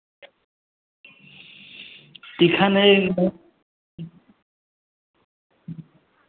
तीखा नहीं है